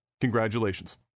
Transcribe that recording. congratulations